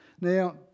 now